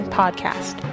podcast